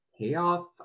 payoff